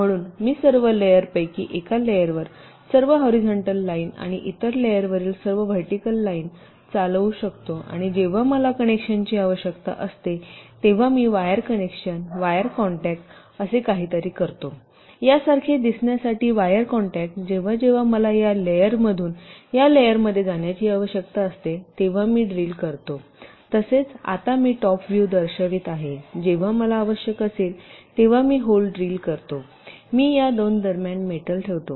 म्हणून मी सर्व लेयर पैकी एका लेयरवर सर्व हॉरीझॉन्टल लाईन आणि इतर लेयरवरील सर्व व्हर्टिकल लाईन चालवू शकतो आणि जेव्हा मला कनेक्शनची आवश्यकता असते तेव्हा मी वायर कनेक्शन वायर कॉन्टॅक्ट असे काहीतरी करतो यासारखे दिसण्यासाठी वायर कॉन्टॅक्ट जेव्हा जेव्हा मला या लेयरतून या लेयर मध्ये जाण्याची आवश्यकता असते तेव्हा मी ड्रिल करतो तसेच आता मी टॉप व्ह्यू दर्शवित आहे जेव्हा मला आवश्यक असेल तेव्हा मी होल ड्रिल करतो मी या 2 दरम्यान मेटल ठेवतो